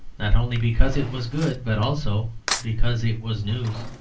not only because it was good, but also because it was news.